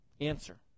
Answer